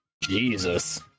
Jesus